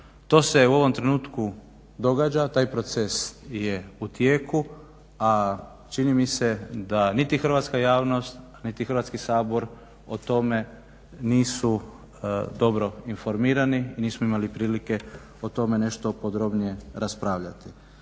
To se u ovom trenutku i događa taj proces je u tijeku a čini mi se da niti hrvatska javnost a niti Hrvatski sabor o tome nisu dobro informirani i nismo imali prilike o tome nešto podrobnije raspravljati.